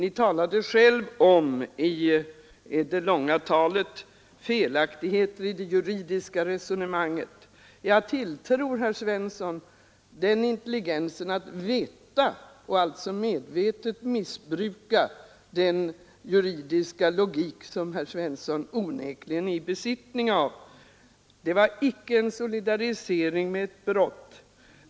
I Ert långa tal nämnde Ni själv felaktigheter i det juridiska resonemanget. Jag tilltror herr Svensson den intelligensen att han vet, och därför missbrukar herr Svensson den juridiska logik som han onekligen är i besittning av. Det var icke en solidarisering med ett brott.